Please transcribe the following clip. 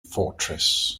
fortress